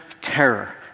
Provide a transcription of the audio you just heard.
terror